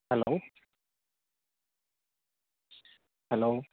hello hello